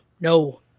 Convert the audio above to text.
no